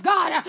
God